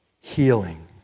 healing